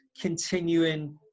continuing